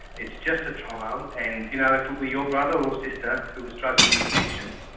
it's just a trial and, you know, if it were your brother or sister who was struggling with addiction,